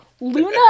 Luna